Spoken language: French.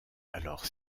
alors